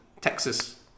Texas